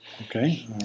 Okay